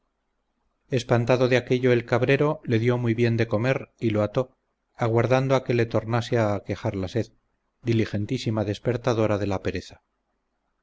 espantado de aquello el cabrero le dio muy bien de comer y lo ató aguardando a que le tornase a aquejar la sed diligentísima despertadora de la pereza